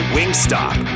Wingstop